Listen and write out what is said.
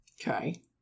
Okay